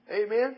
Amen